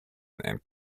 and